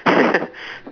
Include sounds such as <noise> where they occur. <laughs>